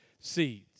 seeds